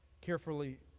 carefully